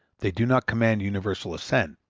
they do not command universal assent,